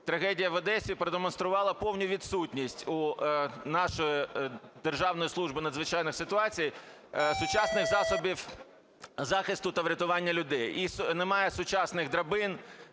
трагедія в Одесі продемонструвала повну відсутність у нашої Державної служби з надзвичайних ситуацій сучасних засобів захисту та врятування людей. І немає сучасних драбин,